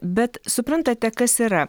bet suprantate kas yra